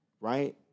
right